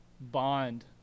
bond